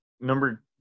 number